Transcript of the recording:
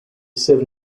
seven